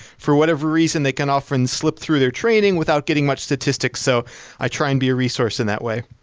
for whatever reason they can often slip through their training without getting much statistics, so i try and be a resource in that way.